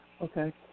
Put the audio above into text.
Okay